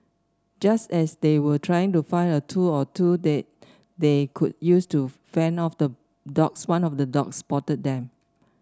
just as they were trying to find a tool or two that they could use to fend off the dogs one of the dogs spotted them